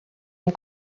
amb